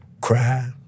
cry